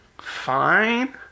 fine